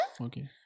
Okay